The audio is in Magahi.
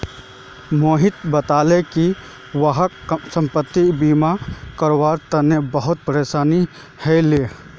मोहित बताले कि वहाक संपति बीमा करवा त बहुत परेशानी ह ले